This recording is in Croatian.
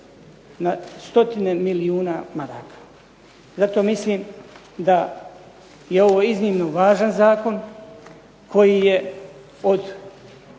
na stotine milijuna maraka. Zato mislim da je ovo iznimno važan zakon koji je od